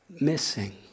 missing